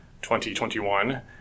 2021